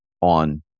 on